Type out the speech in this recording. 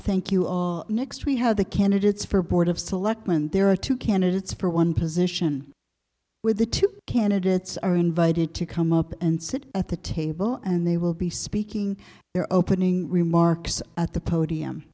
to thank you all next we have the candidates for board of selectmen there are two candidates for one position with the two candidates are invited to come up and sit at the table and they will be speaking their opening remarks at the podium